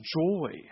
joy